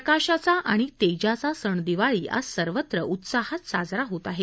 प्रकाशाचा आणि तेजाचा सण दिवाळी आज सर्वत्र उत्साहात साजरा होत आहे